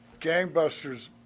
gangbusters